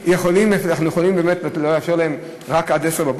אנחנו באמת יכולים לאפשר להם רק עד 10:00?